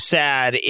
sad